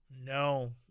No